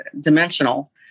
dimensional